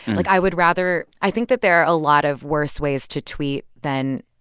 like, i would rather i think that there are a lot of worse ways to tweet than,